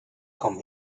kommen